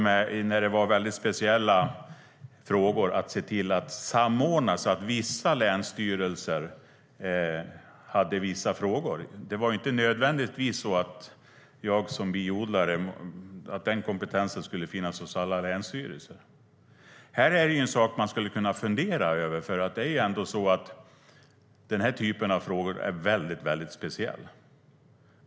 Vid väldigt speciella frågor började alliansregeringen samordna så att vissa länsstyrelser hade vissa frågor. Då var det inte nödvändigt att min kompetens som biodlare skulle finnas hos alla länsstyrelser. Det är en sak som man skulle kunna fundera över. Den här typen av frågor är ändå väldigt speciella.